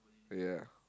ya